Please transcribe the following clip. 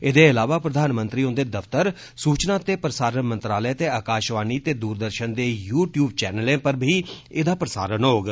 एह्दे अलावा प्रधानमंत्री हुंदे दफ्तर सूचना ते प्रसारण मंत्रालय ते आकाषवाणी ते दूरदर्षन दे यू ट्यूब चैनलें पर बी एहदा प्रसारण होग